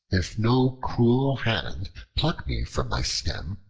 if no cruel hand pluck me from my stem,